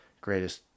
greatest